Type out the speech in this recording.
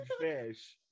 fish